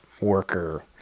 worker